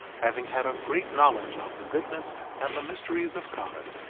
having had a great knowledge of the goodness and the mysteries of god,